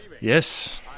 yes